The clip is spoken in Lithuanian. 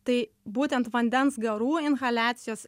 tai būtent vandens garų inhaliacijos